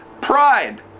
pride